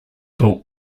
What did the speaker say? built